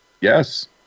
Yes